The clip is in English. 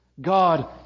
God